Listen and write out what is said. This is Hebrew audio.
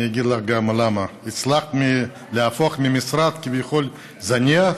ואני אגיד לך למה: הצלחת להפוך משרד ממשרד כביכול זניח